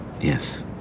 Yes